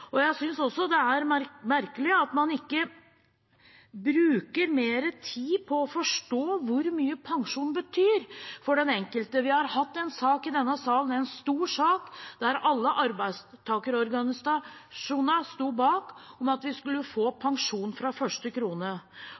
Jeg synes også det er merkelig at man ikke bruker mer tid på å forstå hvor mye pensjon betyr for den enkelte. Vi har hatt en sak i denne sal, en stor sak som alle arbeidstakerorganisasjonene stod bak, om at vi skulle få pensjon fra første krone.